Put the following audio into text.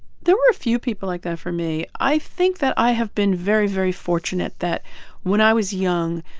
there were a few people like that for me. i think that i have been very, very fortunate that when i was young,